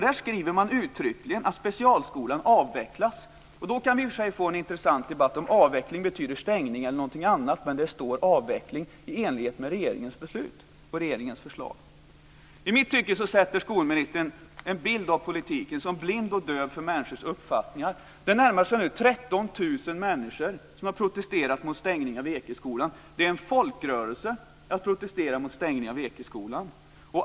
Där skriver man uttryckligen att specialskolan avvecklas. Då kan vi i och för sig få en intressant debatt om avveckling betyder stängning eller någonting annat. Men det sår "avveckling i enlighet med regeringens förslag". I mitt tycke ger skolministern en bild av politiken som är blind och döv för människors uppfattningar. Det närmar sig nu 13 000 människor som har protesterat mot stängning av Ekeskolan. Det är en folkrörelse: Jag protesterar mot stängning av Ekeskolan.